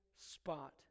spot